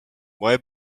moje